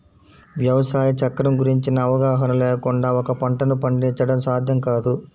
వ్యవసాయ చక్రం గురించిన అవగాహన లేకుండా ఒక పంటను పండించడం సాధ్యం కాదు